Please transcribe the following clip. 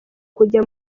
kujya